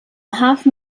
hafen